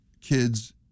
kids